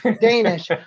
Danish